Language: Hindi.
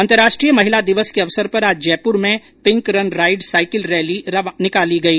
अंतर्राष्ट्रीय महिला दिवस के अवसर पर आज जयपुर में pink run ride cycle rally निकाली गई